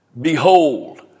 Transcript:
behold